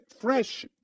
Fresh